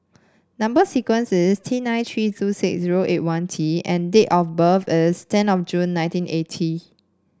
number sequence is T nine tree two six zero eight one T and date of birth is ten of June nineteen eighty